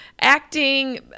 acting